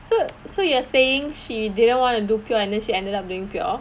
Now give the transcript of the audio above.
so so you are saying she didn't wanna do pure and then she ended up doing pure